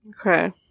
Okay